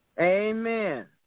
Amen